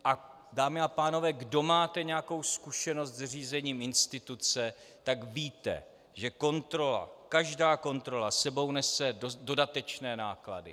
A dámy a pánové, kdo máte nějakou zkušenost se řízením instituce, víte, že kontrola, každá kontrola s sebou nese dodatečné náklady.